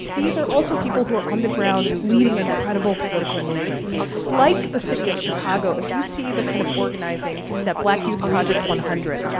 these are also people who are on the ground leading incredible political movements like the city of chicago. if you see the kind of organizing, that black youth project one hundred,